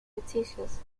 repetitious